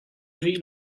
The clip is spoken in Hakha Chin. rih